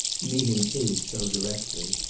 meeting his so directly.